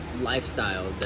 lifestyle